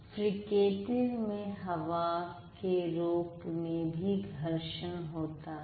fricative में हवा के रोक में भी घर्षण होता है